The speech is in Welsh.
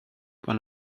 maen